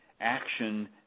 Action